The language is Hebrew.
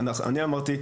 אני אמרתי,